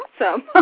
awesome